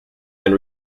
been